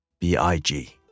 B-I-G